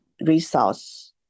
resource